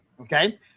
okay